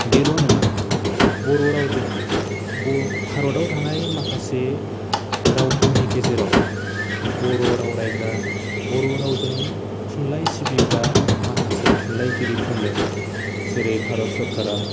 बेल' नङा बर' रावजों ब' भारताव थानाय माखासे रावफोरनि गेजेराव बर' राव रायग्रा बर' रावजों थुनलाइ सिबिग्रा माखासे थुनलाइगिरिफोरनो जेरै भारत सरकारा